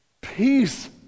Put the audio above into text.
peace